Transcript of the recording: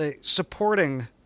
supporting